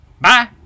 Bye